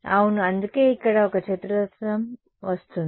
అవును అందుకే ఇక్కడ ఒక చతురస్రం వస్తుంది